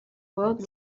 world